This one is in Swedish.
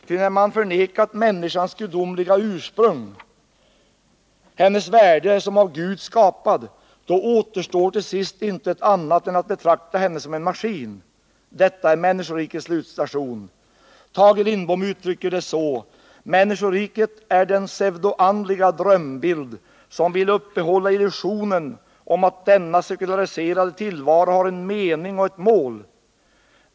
Ty när man förnekat människans gudomliga ursprung, hennes värde som av Gud skapad återstår till sist intet annat än att betrakta henne som en maskin. Detta är människorikets slutstation. Tage Lindbom uttrycker det så: Människoriket är den pseudoandliga drömbild som vill uppehålla illusionen om att denna sekulariserade tillvaro har en mening och ett mål.